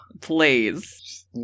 Please